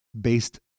based